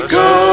go